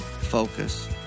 focus